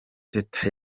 teta